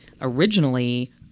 originally